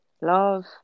love